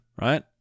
right